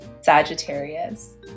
Sagittarius